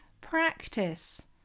practice